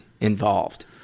involved